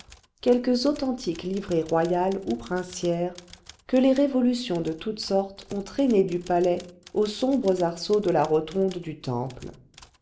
quelques authentiques livrées royales ou princières que les révolutions de toutes sortes ont traînées du palais aux sombres arceaux de la rotonde du temple